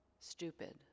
Stupid